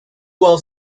well